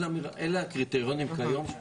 אלה הקריטריונים שקיימים כיום.